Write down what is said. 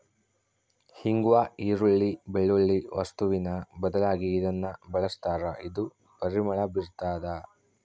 ಇಂಗ್ವಾ ಈರುಳ್ಳಿ, ಬೆಳ್ಳುಳ್ಳಿ ವಸ್ತುವಿನ ಬದಲಾಗಿ ಇದನ್ನ ಬಳಸ್ತಾರ ಇದು ಪರಿಮಳ ಬೀರ್ತಾದ